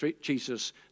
Jesus